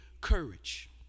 courage